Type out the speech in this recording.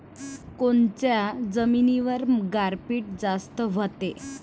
कोनच्या जमिनीवर गारपीट जास्त व्हते?